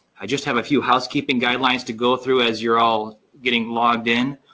i just have a few housekeeping guidelines to go through as you're all getting logged in.